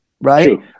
Right